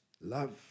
love